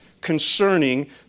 concerning